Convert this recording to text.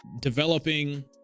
developing